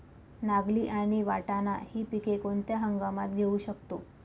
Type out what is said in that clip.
नागली आणि वाटाणा हि पिके कोणत्या हंगामात घेऊ शकतो?